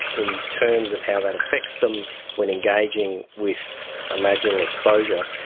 in terms of how that affects them when engaging with imaginal exposure,